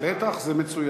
בטח זה מצוין.